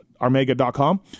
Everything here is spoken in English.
armega.com